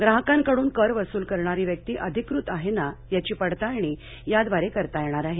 ग्राहकांकडून कर वसूल करणारी व्यक्ती अधिक़त आहे ना याची पडताळणी याद्वारे करता येणार आहे